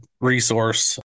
resource